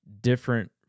different